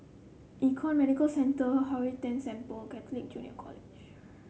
Econ Medicare Centre Hwee San Temple Catholic Junior College